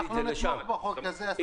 אנחנו נתמוך בחוק הזה.